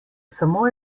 samo